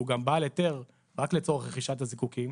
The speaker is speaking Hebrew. גם בעל היתר רק לצורך רכישת הזיקוקין,